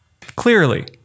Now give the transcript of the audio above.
clearly